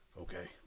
Okay